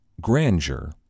grandeur